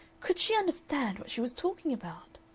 could she understand what she was talking about?